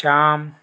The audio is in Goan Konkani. श्याम